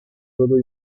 rudo